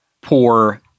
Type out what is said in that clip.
poor